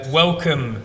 welcome